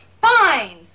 Fine